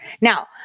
Now